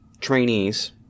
trainees